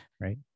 right